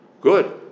Good